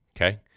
okay